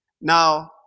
Now